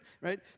right